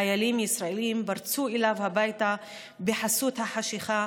חיילים ישראלים פרצו אליו הביתה בחסות החשכה,